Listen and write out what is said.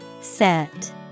Set